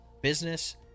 business